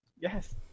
Yes